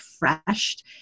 refreshed